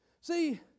See